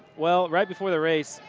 well, right before the race,